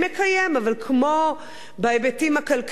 אבל כמו בהיבטים הכלכליים, גם